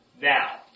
Now